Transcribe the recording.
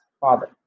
father